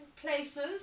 places